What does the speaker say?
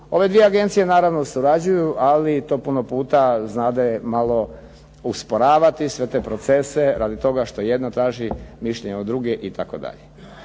Ove dvije agencije naravno surađuju, ali to puno puta znade malo usporavati sve te procese radi toga što jedna traži mišljenje od druge itd.